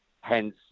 hence